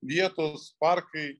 vietos parkai